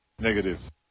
Negative